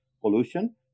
pollution